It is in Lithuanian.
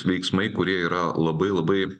veiksmai kurie yra labai labai